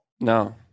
No